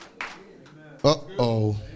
Uh-oh